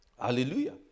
Hallelujah